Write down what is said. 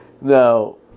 Now